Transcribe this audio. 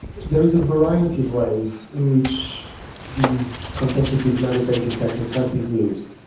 there is a variety of ways in which these contemplative meditative techniques have been used.